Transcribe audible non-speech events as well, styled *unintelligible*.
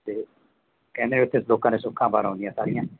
ਅਤੇ ਕਹਿੰਦੇ ਉੱਥੇ ਲੋਕਾਂ ਦੀਆ ਸੁੱਖਾਂ *unintelligible* ਆਉਂਦੀਆਂ ਸਾਰੀਆਂ